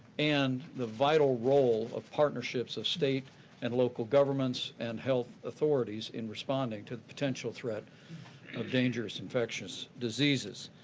and the vital role of partnerships of state and local governments and health authorities unresponding to the potential threat of dangerous infectious diseases.